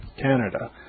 Canada